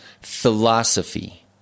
philosophy